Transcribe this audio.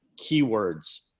keywords